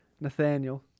Nathaniel